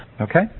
Okay